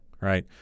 Right